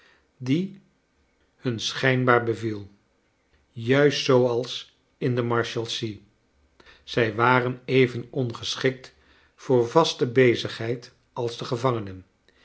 die hun schijnbaar beviel juist zooals in de marshalsea zij waren even ongeschikt voor vaste bezigheid als de gevangenen